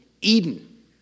Eden